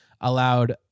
allowed